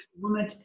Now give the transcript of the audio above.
woman